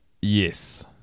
Yes